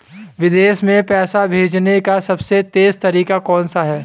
विदेश में पैसा भेजने का सबसे तेज़ तरीका कौनसा है?